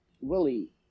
Willie